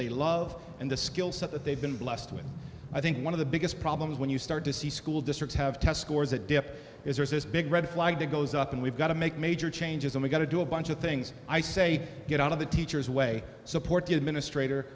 they love and the skill set that they've been blessed with i think one of the biggest problems when you start to see school districts have test scores at depth is there's this big red flag that goes up and we've got to make major changes and we've got to do a bunch of things i say get out of the teachers way supported ministr